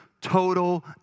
total